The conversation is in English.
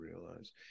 realize